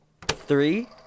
Three